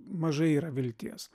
mažai yra vilties